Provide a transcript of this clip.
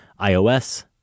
iOS